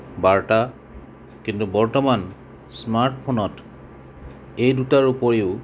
বাৰ্তা কিন্তু বৰ্তমান স্মাৰ্টফোনত এই দুটাৰ ওপৰিও